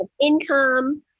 income